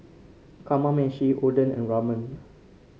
Kamameshi Oden and Ramen